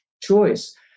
choice